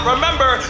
Remember